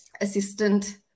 assistant